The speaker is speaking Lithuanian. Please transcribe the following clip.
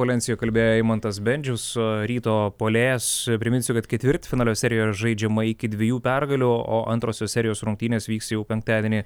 valensijoj kalbėjo eimantas bendžius ryto puolėjas priminsiu kad ketvirtfinalio serijoje žaidžiama iki dviejų pergalių o antrosios serijos rungtynės vyks jau penktadienį